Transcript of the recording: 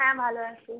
হ্যাঁ ভালো আছি